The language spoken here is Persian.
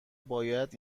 باید